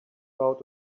out